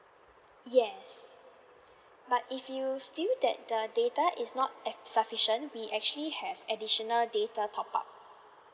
yes but if you feel that the data is not ef~ sufficient we actually have additional data top up